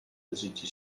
desitgi